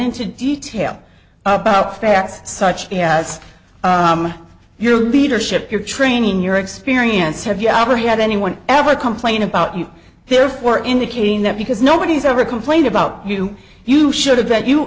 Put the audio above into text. into detail about facts such as your leadership your training your experience have you ever had anyone ever complain about you therefore indicating that because nobody's ever complained about you you should have that you